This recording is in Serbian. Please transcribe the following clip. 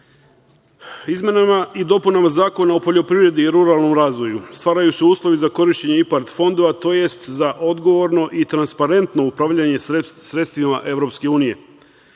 uniji. Izmenama i dopunama Zakona o poljoprivredi i ruralnom razvoju stvaraju se uslovi za korišćenje IPARD fondova, tj. za odgovorno i transparentno upravljanje sredstvima